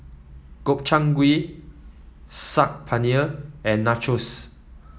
Gobchang Gui Saag Paneer and Nachos